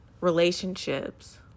relationships